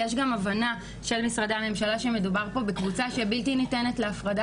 יש גם הבנה של משרדי הממשלה שמדובר פה בקבוצה שבלתי ניתנת להפרדה